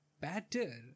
better